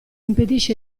impedisce